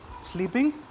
sleeping